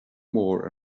mór